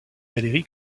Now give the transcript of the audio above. valérie